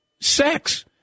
sex